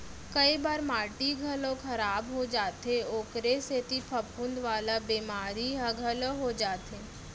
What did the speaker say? कई बार माटी घलौ खराब हो जाथे ओकरे सेती फफूंद वाला बेमारी ह घलौ हो जाथे